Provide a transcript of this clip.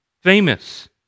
famous